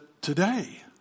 today